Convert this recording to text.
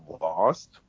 lost